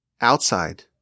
outside